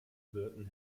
burton